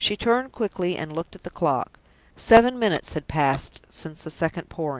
she turned quickly, and looked at the clock seven minutes had passed since the second pouring.